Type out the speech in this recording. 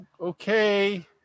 Okay